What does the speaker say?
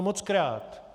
Mockrát!